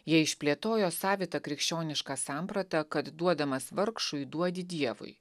jie išplėtojo savitą krikščionišką sampratą kad duodamas vargšui duodi dievui